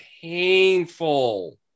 painful